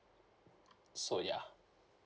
so yeah